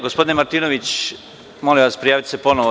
Gospodine Martinoviću, molim vas, prijavite se ponovo.